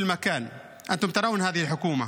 בשפה הערבית,